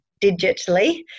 digitally